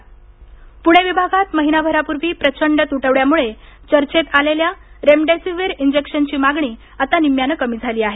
remdesivir Pune विभागांत महिनाभरापूर्वी प्रचंड तुटवड्यामुळे चर्चेत आलेल्या रेमडेसिव्हिर इंजेक्शनची मागणी आता निम्म्यानं कमी झाली आहे